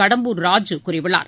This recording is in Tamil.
கடம்பூர் ராஜூ கூறியுள்ளார்